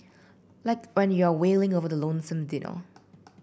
like when you're wailing over the lonesome dinner